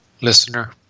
listener